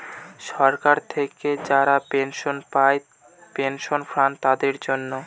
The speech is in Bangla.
সরকার থেকে যারা পেনশন পায় পেনশন ফান্ড তাদের জন্য